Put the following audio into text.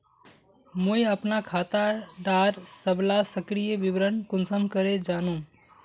मुई अपना खाता डार सबला सक्रिय विवरण कुंसम करे जानुम?